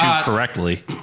correctly